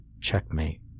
Checkmate